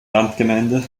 landgemeinde